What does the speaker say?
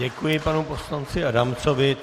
Děkuji panu poslanci Adamcovi.